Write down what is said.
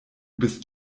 bist